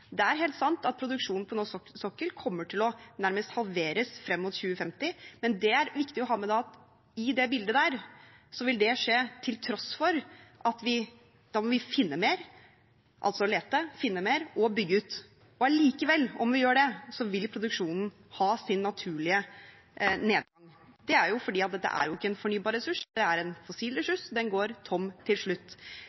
Det er helt sant at produksjonen på norsk sokkel kommer til nærmest å halveres frem mot 2050, men det er viktig å ha med i det bildet at det vil skje til tross for at vi da må lete, finne mer og bygge ut, og allikevel – om vi gjør det – vil produksjonen ha sin naturlige nedgang. Det er fordi dette ikke er en fornybar ressurs, det er en